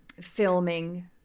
filming